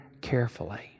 carefully